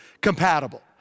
compatible